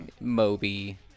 moby